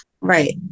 Right